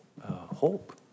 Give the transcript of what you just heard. hope